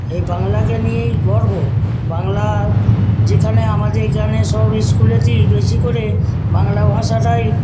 এই বাংলাকে নিয়েই গর্ব বাংলা যেখানে আমাদের এখানে সব ইস্কুলেতেই বেশি করে বাংলা ভাষাটাই